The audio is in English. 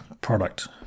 product